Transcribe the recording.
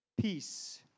Peace